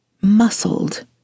muscled